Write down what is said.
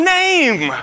name